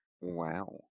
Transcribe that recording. Wow